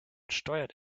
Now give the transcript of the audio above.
steuert